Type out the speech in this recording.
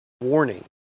warning